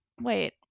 wait